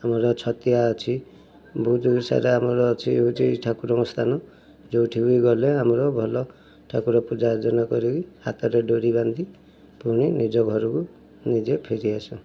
ଆମର ଛତିଆ ଅଛି ବହୁତ ସାରା ଆମର ଅଛି ହେଉଛି ଆମର ଠାକୁରଙ୍କ ସ୍ଥାନ ଯୋଉଠିକି ଗଲେ ଆମର ଭଲ ଠାକୁର ପୂଜାର୍ଚ୍ଚନା କରିକି ହାତରେ ଡୋରି ବାନ୍ଧି ପୁଣି ନିଜ ଘରକୁ ନିଜେ ଫେରି ଆସୁ